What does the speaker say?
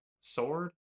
Sword